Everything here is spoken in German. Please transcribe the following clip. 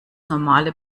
normale